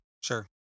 Sure